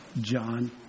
John